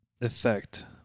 effect